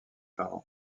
parents